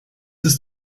ist